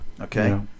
Okay